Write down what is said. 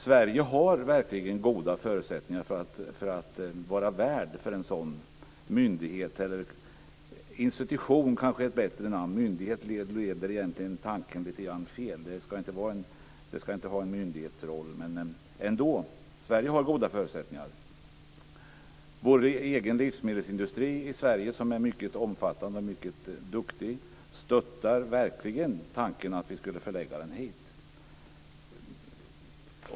Sverige har verkligen goda förutsättningar för att vara värd för en sådan myndighet, eller en institution kanske är bättre för myndighet leder egentligen tanken lite fel. Det ska inte vara en myndighetsroll. Vår egen livsmedelsindustri i Sverige som är mycket omfattande och duktig stöttar verklingen tanken att vi skulle förlägga den hit.